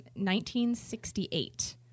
1968